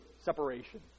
separation